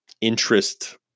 interest